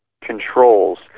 controls